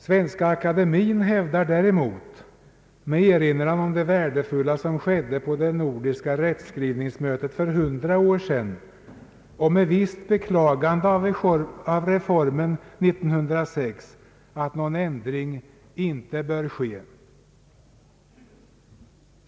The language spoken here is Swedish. Svenska akademien hävdar däremot, med erinran om det värdefulla som skedde på det nordiska rättskrivningsmötet för hundra år sedan och med visst beklagande av reformen 1906, att någon ändring inte bör ske.